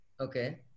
Okay